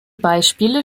beispiele